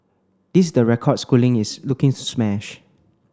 this is the record Schooling is looking to smash